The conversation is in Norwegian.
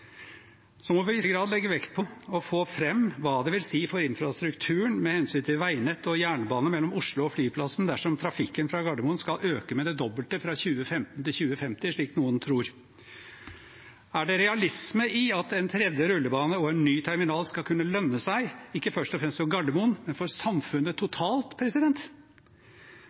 Så må vi i større grad legge vekt på å få fram hva det vil si for infrastrukturen med hensyn til veinett og jernbane mellom Oslo og flyplassen dersom trafikken fra Gardermoen skal øke med det dobbelte fra 2015 til 2050, slik noen tror. Er det realisme i at en tredje rullebane og en ny terminal skal kunne lønne seg, ikke først og fremst for Gardermoen, men for samfunnet totalt?